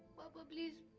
baba please